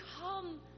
come